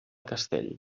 castell